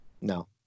No